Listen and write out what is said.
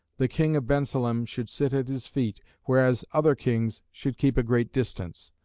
the king of bensalem should sit at his feet, whereas other kings should keep a great distance.